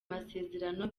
masezerano